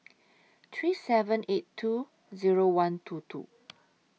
three seven eight two Zero one two two